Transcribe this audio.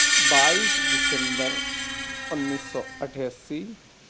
بائیس دسمبر انّیس سو اٹھاسی